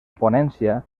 ponència